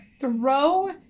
throw